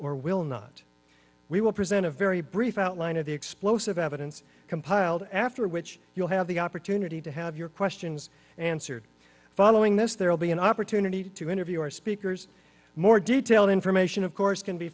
or will not we will present a very brief outline of the explosive evidence compiled after which you'll have the opportunity to have your questions answered following this there will be an opportunity to interview our speakers more detailed information of course can be